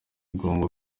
ngombwa